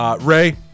Ray